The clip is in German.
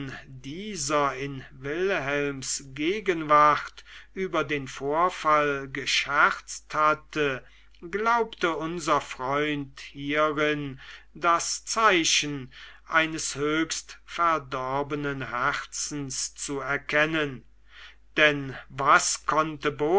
dieser in wilhelms gegenwart über den vorfall gescherzt hatte glaubte unser freund hierin das zeichen eines höchst verdorbenen herzens zu erkennen denn was konnte